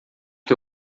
que